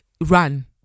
run